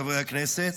חברי הכנסת,